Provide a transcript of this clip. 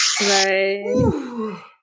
right